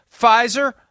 Pfizer